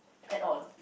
at all